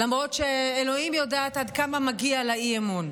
למרות שאלוהים יודעת עד כמה מגיע לה אי-אמון.